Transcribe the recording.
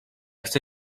chcę